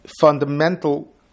fundamental